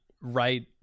right